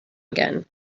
again